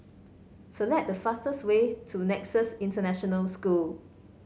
select the fastest way to Nexus International School